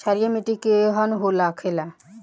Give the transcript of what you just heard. क्षारीय मिट्टी केहन होखेला?